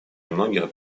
многих